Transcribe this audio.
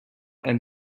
and